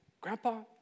Grandpa